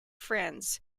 friends